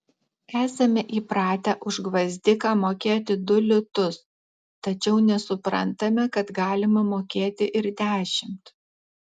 esame įpratę už gvazdiką mokėti du litus tačiau nesuprantame kad galima mokėti ir dešimt